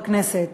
בכנסת.